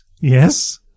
Yes